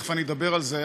תכף אני אדבר על זה.